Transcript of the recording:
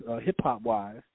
hip-hop-wise